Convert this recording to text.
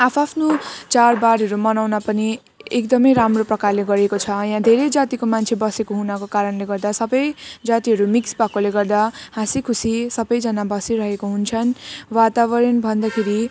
आफ्आफ्नो चाडबाडहरू मनाउन पनि एकदमै राम्रो प्रकारले गरेको छ यहाँ धेरै जातिको मान्छे बसेको हुनाको कारणले गर्दा सबै जातिहरू मिक्स भएकोले गर्दा हाँसीखुसी सबैजना बसी रहेको हुन्छन् वातावरण भन्दाखेरि